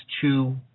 two